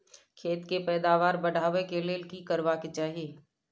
खेत के पैदावार बढाबै के लेल की करबा के चाही?